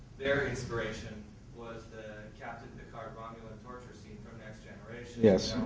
their inspiration was the captain picard-romulan torture scene from next generation. yeah